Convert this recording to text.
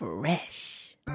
Fresh